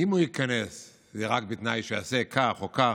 שאם הוא ייכנס זה רק בתנאי שיעשה כך או כך.